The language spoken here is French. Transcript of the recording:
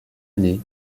année